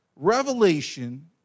Revelation